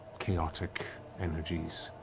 chaotic energies,